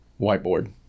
whiteboard